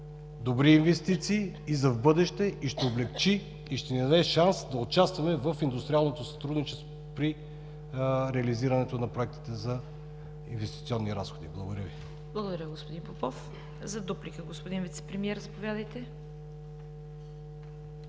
добри инвестиции в бъдеще, ще облекчи и ще ни даде шанс да участваме в индустриалното сътрудничество при реализирането на проектите за инвестиционни разходи. Благодаря Ви. ПРЕДСЕДАТЕЛ ЦВЕТА КАРАЯНЧЕВА: Благодаря Ви, господин Попов. За дуплика – господин Вицепремиер, заповядайте.